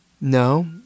No